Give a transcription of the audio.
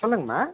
சொல்லுங்கமா